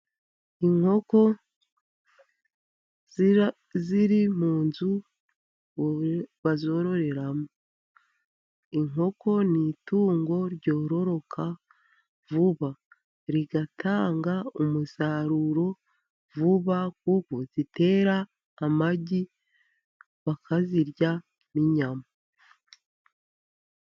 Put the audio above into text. Inkok ziri mu nzu bazororeramo. Inkoko ni itungo ryororoka vuba. Rigatanga umusaruro vuba, kuko zitera amagi, bakazirya n'inyama.